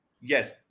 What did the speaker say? Yes